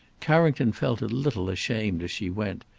carrington felt a little ashamed as she went.